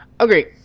okay